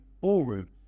Ballroom